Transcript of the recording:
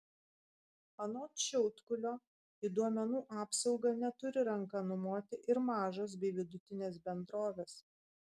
anot šiaudkulio į duomenų apsaugą neturi ranka numoti ir mažos bei vidutinės bendrovės